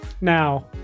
Now